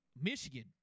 michigan